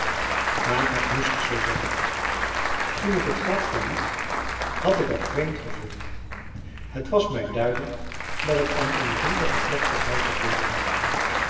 maar het moest zoo zijn toen ik het graf verliet had ik een vreemd gevoel het was mij duidelijk dat ik aan eene droevige plechtigheid had deelgenomen